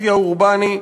באופי האורבני,